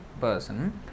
person